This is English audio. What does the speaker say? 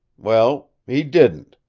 well, he didn't.